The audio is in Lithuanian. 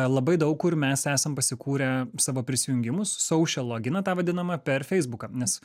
labai daug kur mes esam pasikūrę savo prisijungimus saušel loginą tą vadinamą per feisbuką nes